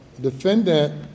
defendant